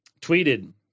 tweeted